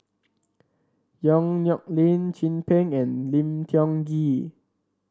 Yong Nyuk Lin Chin Peng and Lim Tiong Ghee